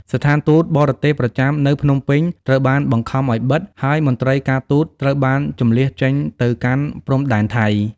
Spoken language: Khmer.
ស្ថានទូតបរទេសប្រចាំនៅភ្នំពេញត្រូវបានបង្ខំឱ្យបិទ ហើយមន្ត្រីការទូតត្រូវបានជម្លៀសចេញទៅកាន់ព្រំដែនថៃ។